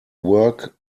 work